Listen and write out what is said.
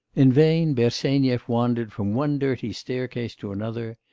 in vain bersenyev wandered from one dirty staircase to another,